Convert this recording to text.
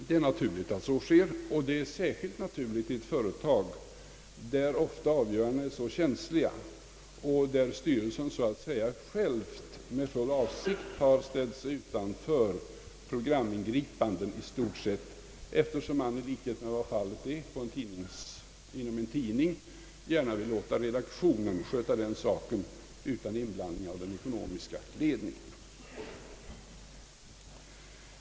Det är naturligt att så är förhållandet, och det är särskilt naturligt i ett företag där avgörandena ofta är så känsliga och där styrelsen så att säga med full avsikt ställer sig utanför programingripanden i stort sett, eftersom man i likhet med vad fallet är inom en rundradions fortsatta verksamhet, m.m. tidning gärna vill låta redaktionen sköta den saken utan inblandning av den ekonomiska ledningen.